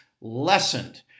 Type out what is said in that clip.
lessened